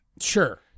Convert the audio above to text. Sure